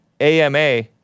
AMA